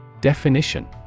Definition